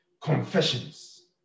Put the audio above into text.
confessions